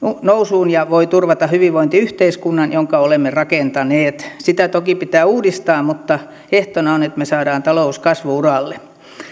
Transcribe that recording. nousuun ja voi turvata hyvinvointiyhteiskunnan jonka olemme rakentaneet sitä toki pitää uudistaa mutta ehtona on että me saamme talouden kasvu uralle